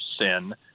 sin